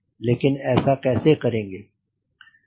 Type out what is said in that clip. लेकिन ऐसा कैसे करेंगे